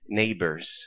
neighbors